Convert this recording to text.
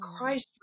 Christ